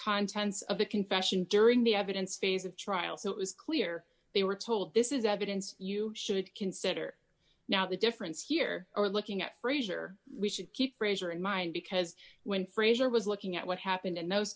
contents of the confession during the evidence phase of trial so it was clear they were told this is evidence you should consider now the difference here are looking at frazier we should keep frazier in mind because when frazier was looking at what happened in those